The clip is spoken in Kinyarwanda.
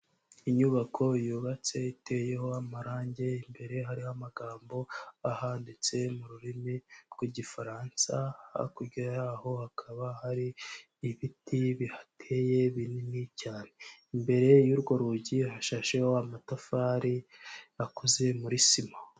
Inyubako yubatse iteyeho amarange, imbere hariho amagambo ahanditse mu rurimi rw'igifaransa, hakurya yaho hakaba hari ibiti bihateye binini cyane, imbere y'urwo rugi hashasheho amatafari akoze muri sima.